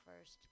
first